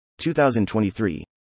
2023